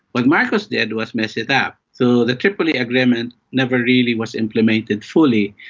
what marcos did was mess it up. so the tripoli agreement never really was implemented fully.